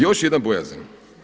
Još jedna bojazan.